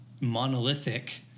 monolithic